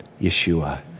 Yeshua